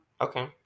Okay